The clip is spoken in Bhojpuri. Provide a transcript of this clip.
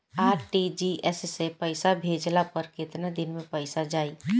आर.टी.जी.एस से पईसा भेजला पर केतना दिन मे पईसा जाई?